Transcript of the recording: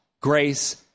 grace